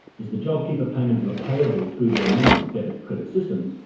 is the jobkeeper payment repayable through their normal debit credit system,